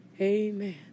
Amen